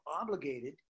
obligated